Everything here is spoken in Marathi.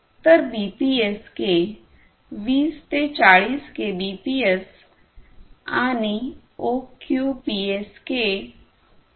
तर हे बीपीएसके 20 ते 40 kbps केबीपीएस आणि ओक्यूपीएसके 2